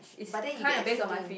but then you get a feeling